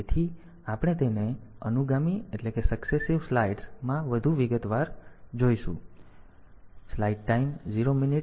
તેથી આપણે તેને અનુગામી સ્લાઇડ્સ માં વધુ વિગતવાર રીતે જોઈશું